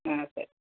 ఆ సరే